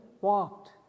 walked